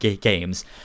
games